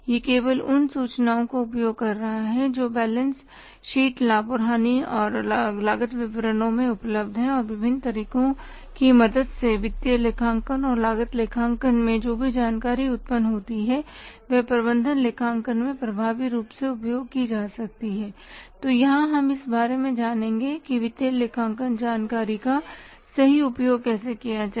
यह केवल उन सूचनाओं का उपयोग कर रहा है जो बैलेंस शीट लाभ और हानि और लागत विवरणों में उपलब्ध है और विभिन्न तरीकों की मदद से वित्तीय लेखांकन और लागत लेखांकन मैं जो भी जानकारी उत्पन्न होती है वह प्रबंधन लेखांकन में प्रभावी रूप से उपयोग की जा रही है तो यहाँ हम इस बारे में जानेंगे कि वित्तीय लेखांकन जानकारी का सही उपयोग कैसे किया जाए